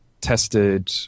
tested